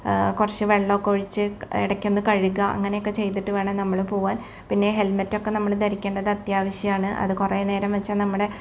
കുറച്ച് വെള്ളമൊക്കെ ഒഴിച്ച് ഇടയ്ക്കൊന്ന് കഴുകുക അങ്ങനെയൊക്കെ ചെയിതിട്ട് വേണം നമ്മള് പോകാൻ പിന്നെ ഹെൽമെറ്റൊക്കെ നമ്മള് ധരിയ്ക്കണ്ടത് അത്യാവശ്യമാണ് അത് കുറെ നേരം വെച്ചാൽ നമ്മുടെ